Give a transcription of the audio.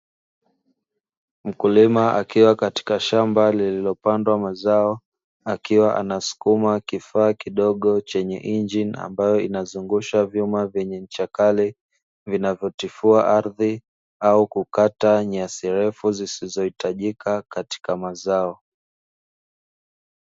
Mkulima akiwa katika shamba lililopandwa mazao, akiwa anasukuma kifaa kidogo chenye ingini ambayo inazungusha vyuma vyenye ncha Kali, vinavyotifua ardhi au kukata nyasi refu zisizohitajika katika mazao.